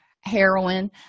heroin